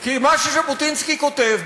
כי מה שז'בוטינסקי כותב,